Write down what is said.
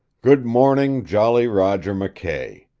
good morning, jolly roger mckay!